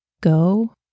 go